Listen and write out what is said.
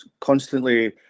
constantly